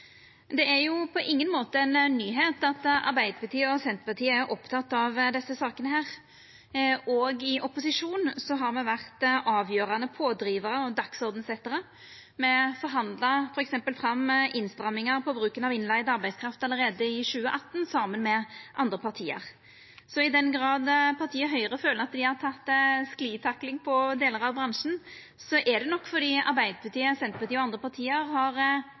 Det er på ingen måte ei nyheit at Arbeidarpartiet og Senterpartiet er opptekne av desse sakene. Òg i opposisjon har me vore avgjerande pådrivarar og dagsordensetjarar. Me forhandla f.eks. fram innstrammingar i bruk av innleigd arbeidskraft allereie i 2018, saman med andre parti, så i den grad partiet Høgre føler at dei har teke ei sklitakling på delar av bransjen, er det nok fordi Arbeidarpartiet, Senterpartiet og andre parti har